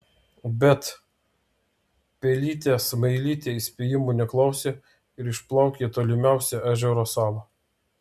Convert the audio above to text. bet pelytė smailytė įspėjimų neklausė ir išplaukė į tolimiausią ežero salą